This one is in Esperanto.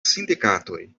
sindikatoj